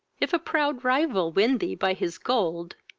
if a proud rival win thee by his gold,